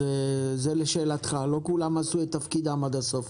לא כולם עשו את תפקידם עד הסוף.